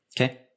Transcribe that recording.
Okay